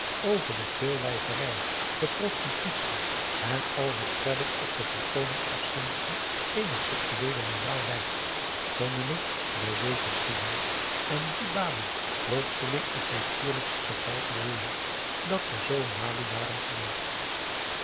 over de veelwijverij de prostitutie en al wat verder op de volkomen absentie eener sexueele moraal wijst vonden het bij dezen sidin en die baboe plotseling t natuurlijkst geval ter wereld dat ze zoo m a l o e waren geweest